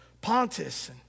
Pontus